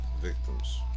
victims